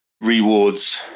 rewards